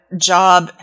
job